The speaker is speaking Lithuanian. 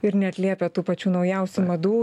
ir neatliepia tų pačių naujausių madų